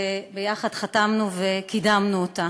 שיחד חתמנו וקידמנו אותה.